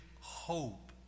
hope